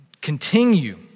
continue